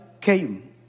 came